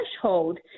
threshold